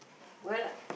well